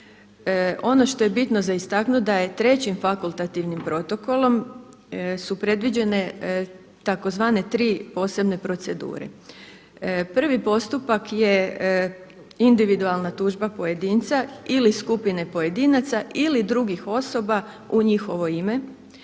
Ono što je bitno za istaknuti da je trećim fakultativnim protokolom su predviđene tzv. 3 posebne procedure. Prvi postupak je individualna tužba pojedinca ili skupine pojedinaca ili drugih osoba u njihovo ime